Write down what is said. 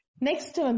Next